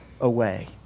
away